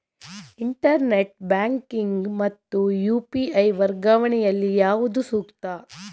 Internet banking ಮತ್ತು UPI ವರ್ಗಾವಣೆ ಯಲ್ಲಿ ಯಾವುದು ಸೂಕ್ತ?